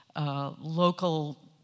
local